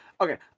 Okay